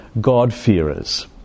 God-fearers